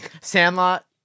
Sandlot